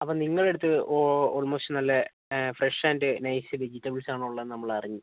അപ്പം നിങ്ങളുടെ അടുത്ത് ഓൾമോസ്റ്റ് നല്ല ഫ്രഷ് ആൻഡ് നൈസ് വെജിറ്റബിൾസ് ആണ് ഉള്ളതെന്ന് നമ്മൾ അറിഞ്ഞു